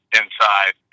inside